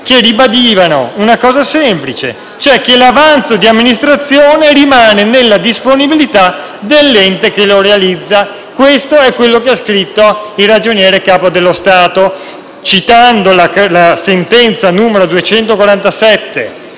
che ribadivano un concetto semplice: l'avanzo di amministrazione rimane nella disponibilità dell'ente che lo realizza. Questo è quanto ha scritto il Ragioniere generale dello Stato, citando le sentenze n. 247